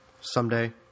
Someday